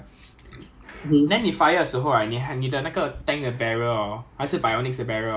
I cannot like turn left or right too much we call it traversing lah traverse means turn lah